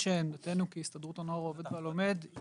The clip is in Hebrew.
עמדתנו כהסתדרות הנוער העובד והלומד היא